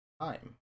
time